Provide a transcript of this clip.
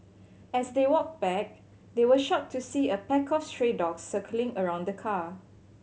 as they walked back they were shocked to see a pack of stray dogs circling around the car